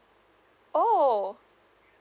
oh